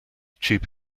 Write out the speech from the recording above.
cheap